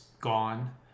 gone